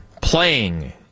playing